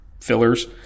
fillers